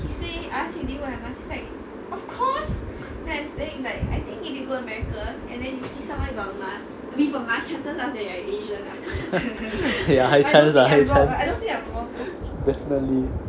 ya high chance ah high chance definitely